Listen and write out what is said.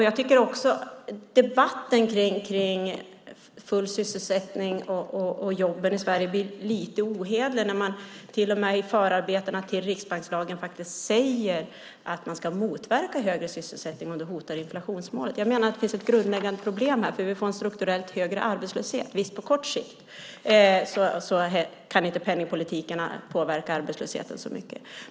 Jag tycker också att debatten kring full sysselsättning och jobben i Sverige blir lite ohederlig när man till och med i förarbetena till riksbankslagen faktiskt säger att man ska motverka högre sysselsättning om det hotar inflationsmålet. Jag menar att det finns ett grundläggande problem här, för vi får en strukturellt högre arbetslöshet. Visst, på kort sikt kan inte penningpolitiken påverka arbetslösheten så mycket.